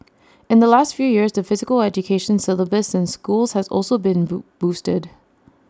in the last few years the physical education syllabus in schools has also been boo boosted